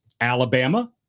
alabama